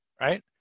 right